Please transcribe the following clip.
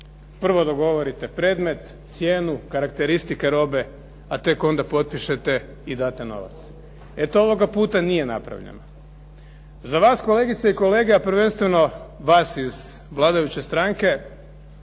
Prvo, dogovorite predmet, cijenu, karakteristike robe, a tek onda potpišete i date novac. E to ovoga puta nije napravljeno. Za vas kolegice i kolege, a prvenstveno vas iz vladajuće stranke,